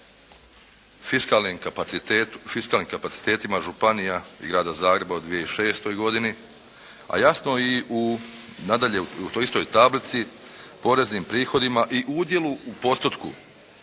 u fiskalnim kapacitetima županija i Grada Zagreba u 2006. godini, a jasno i u nadalje u toj istoj tablici poreznim prihodima i udjelu u postotku